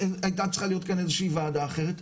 הייתה צריכה להיות כאן איזה שהיא ועדה אחרת.